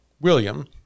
William